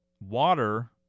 Water